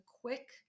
quick